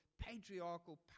patriarchal